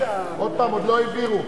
עוד פעם, עוד לא העבירו.